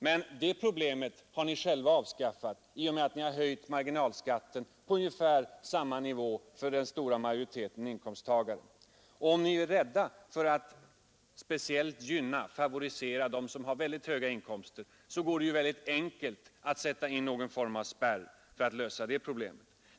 Men det problemet har ni själva avskaffat genom att höja marginalskatten till ungefär samma nivå för den stora majoriteten inkomsttagare. Om ni är rädda för att speciellt favorisera dem som har väldigt höga inkomster, vore det mycket enkelt att sätta in någon form av spärr.